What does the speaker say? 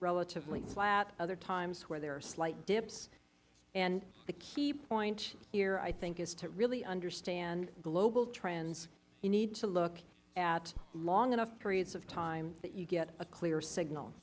relatively flat other times where there are slight dips and the key point here i think is to really understand global trends you need to look at long enough periods of time that you get a clear